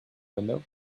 window